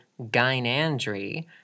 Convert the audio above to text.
gynandry